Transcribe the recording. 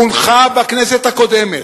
הונחה בכנסת הקודמת,